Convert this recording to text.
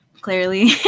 clearly